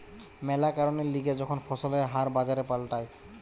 ম্যালা কারণের লিগে যখন ফসলের হার বাজারে পাল্টায়